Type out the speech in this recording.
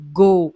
go